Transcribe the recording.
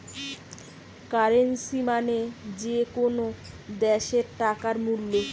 currency মানে যে কোনো দ্যাশের টাকার মূল্য